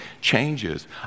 changes